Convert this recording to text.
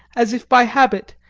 as if by habit,